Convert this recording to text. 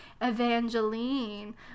Evangeline